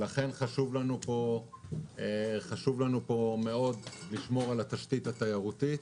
לכן חשוב לנו פה מאוד לשמור על התשתית התיירותית.